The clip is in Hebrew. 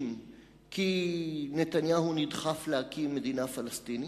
כי נתניהו נדחף להקים מדינה פלסטינית,